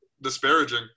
disparaging